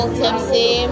tipsy